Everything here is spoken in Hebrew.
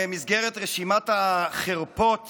במסגרת רשימת החרפות